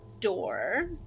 door